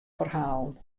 ferhalen